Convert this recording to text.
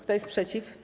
Kto jest przeciw?